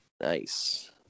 Nice